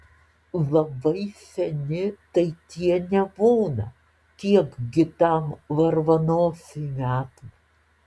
labai seni tai tie nebūna kiekgi tam varvanosiui metų